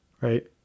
Right